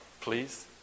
Please